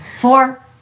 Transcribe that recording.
Four